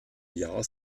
jahr